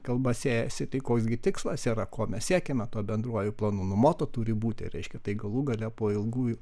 kalba siejasi tai koks gi tikslas yra ko mes siekiame to bendruoju planu nu moto turi būti reiškia tai galų gale po ilgų